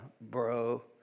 bro